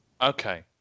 Okay